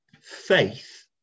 faith